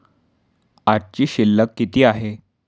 आजची शिल्लक किती आहे?